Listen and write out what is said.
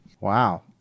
Wow